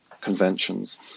conventions